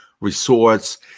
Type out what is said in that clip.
resorts